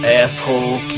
asshole